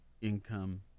income